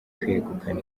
kwegukana